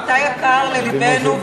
אתה יקר ללבנו,